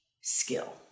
skill